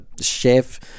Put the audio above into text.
chef